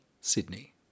Sydney